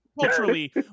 culturally